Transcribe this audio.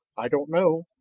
i don't know.